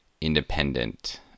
Independent